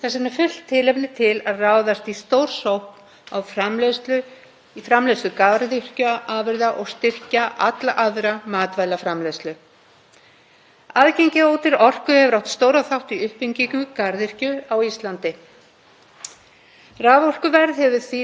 Aðgengi að ódýrri orku hefur átt stóran þátt í uppbyggingu garðyrkju á Íslandi. Raforkuverð hefur því bein áhrif á það hversu mikið garðyrkjubændur geta framleitt og á hvaða verði þeir selja afurðir sínar til neytenda.